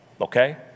okay